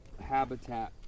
habitat